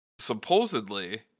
Supposedly